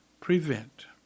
prevent